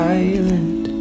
island